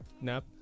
nap